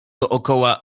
dokoła